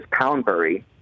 Poundbury